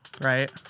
Right